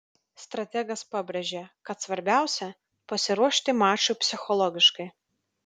strategas pabrėžė kad svarbiausia pasiruošti mačui psichologiškai